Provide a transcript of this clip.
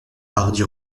hardy